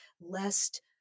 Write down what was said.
lest